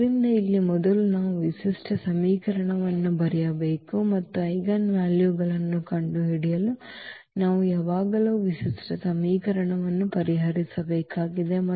ಆದ್ದರಿಂದ ಇಲ್ಲಿ ಮೊದಲು ನಾವು ವಿಶಿಷ್ಟ ಸಮೀಕರಣವನ್ನು ಬರೆಯಬೇಕು ಮತ್ತು ಐಜೆನ್ವಾಲ್ಯೂಗಳನ್ನು ಕಂಡುಹಿಡಿಯಲು ನಾವು ಯಾವಾಗಲೂ ವಿಶಿಷ್ಟ ಸಮೀಕರಣವನ್ನು ಪರಿಹರಿಸಬೇಕಾಗಿದೆ